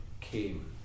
came